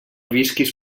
visquis